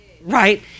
right